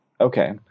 Okay